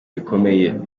bikomeye